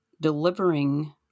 delivering